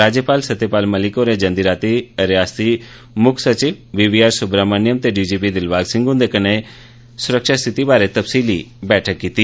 राज्यपाल सत्यपाल मलिक होरें जंदी रातीं रिआसती मुक्ख सचिव बी वी आर सुब्राहमण्यम ते डीजीपी दिलबाग सिंह हुंदे कन्नै सुरक्षा स्थिति बारै बैठक कीती